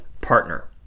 partner